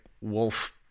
wolf